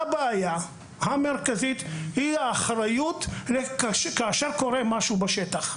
הבעיה המרכזית היא האחריות כאשר קורה משהו בשטח.